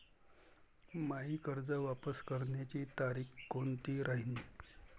मायी कर्ज वापस करण्याची तारखी कोनती राहीन?